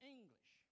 English